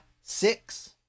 six